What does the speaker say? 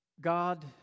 God